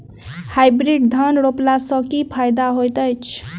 Hybrid धान रोपला सँ की फायदा होइत अछि?